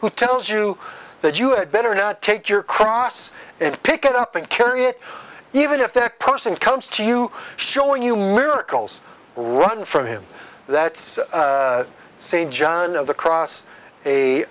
who tells you that you had better not take your cross and pick it up and carry it even if that person comes to you showing you miracles run from him that's st john of the cross a